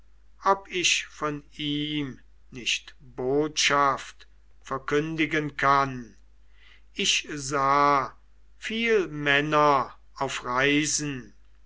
ob ich von ihm nicht botschaft verkündigen kann ich sah viel männer auf reisen